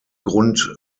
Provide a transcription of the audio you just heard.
grund